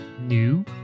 new